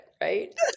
right